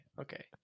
okay